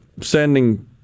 sending